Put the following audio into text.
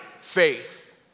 Faith